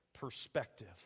perspective